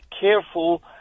careful